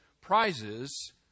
prizes